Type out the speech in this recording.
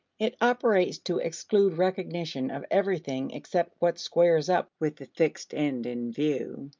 it operates to exclude recognition of everything except what squares up with the fixed end in view.